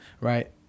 right